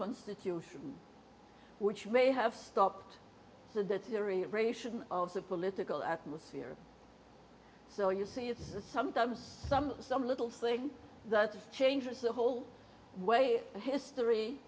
constitution which may have stopped the deterioration of the political atmosphere so you see it's sometimes some some little thing that changes the whole way history